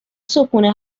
صبحونه